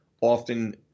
often